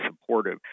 supportive